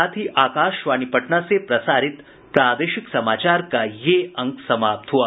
इसके साथ ही आकाशवाणी पटना से प्रसारित प्रादेशिक समाचार का ये अंक समाप्त हुआ